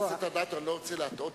הוא לא רואה אף אחד